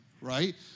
right